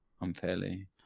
unfairly